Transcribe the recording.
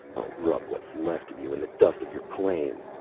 rub what's left of you in the dust of your claim!